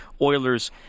Oilers